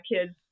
kids